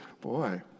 Boy